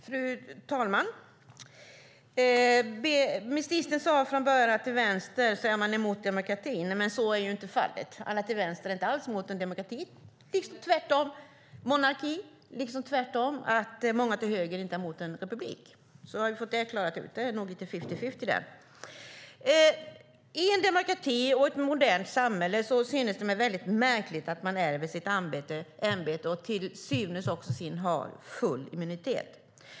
Fru talman! Justitieministern sade i början att är man vänster så är man emot monarkin. Men så är inte fallet. Alla till vänster är inte alls emot monarkin, precis som många till höger inte är emot en republik. Så har vi fått det utklarat. Det är nog lite fifty-fifty där. I en demokrati och ett modernt samhälle synes det mig väldigt märkligt att man är vid sitt ämbete och till syvende och sist också har full immunitet.